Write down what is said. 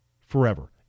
forever